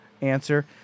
answer